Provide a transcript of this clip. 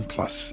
Plus